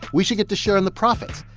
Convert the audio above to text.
we should get to share in the profits.